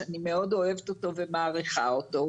שאני מאוד אוהבת אותו ומעריכה אותו,